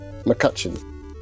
McCutcheon